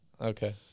Okay